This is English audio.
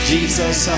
Jesus